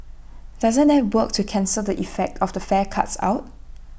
doesn't that work to cancel the effect of the fare cuts out